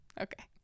Okay